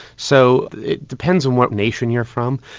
so, it depends on what nation you're from,